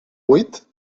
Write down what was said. buit